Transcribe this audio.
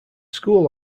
school